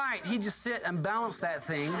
spite he just sit and balance that thing